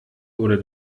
oder